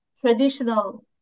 traditional